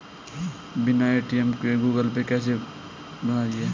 बिना ए.टी.एम के Google Pay कैसे बनायें?